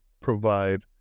provide